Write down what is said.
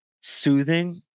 soothing